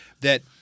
that-